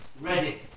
ready